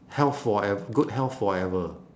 health forev~ good health forever